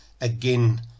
again